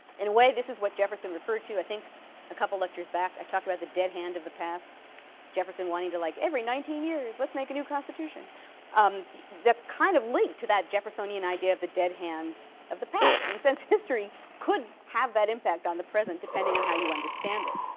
in a way, this is what jefferson referred to i think a couple lectures back i've talked about the dead hand of the past jefferson wanting to like every nineteen years, let's make a new constitution um that's kind of linked to that jeffersonian idea of the dead hand of the past and since history could have that impact on the present, depending on how you understand it.